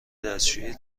دستشویی